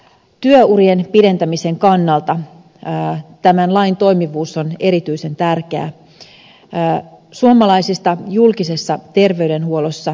työurien pidentämisen kannalta tämän lain toimivuus on erityisen tärkeä